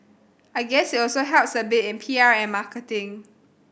I guess it also helps a bit in P R and marketing